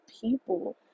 people